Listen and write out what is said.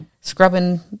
scrubbing